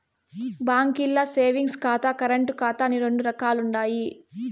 బాంకీల్ల సేవింగ్స్ ఖాతా, కరెంటు ఖాతా అని రెండు రకాలుండాయి